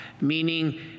meaning